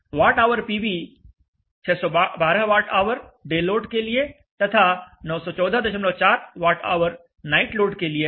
वाट hour PV 612 watt hour day load के लिए तथा 9144 वाट ऑवर नाईट लोड के लिए है